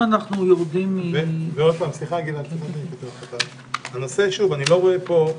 אני לא רואה את